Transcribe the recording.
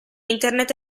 internet